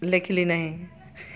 ଲେଖିଲି ନାହିଁ